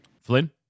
Flynn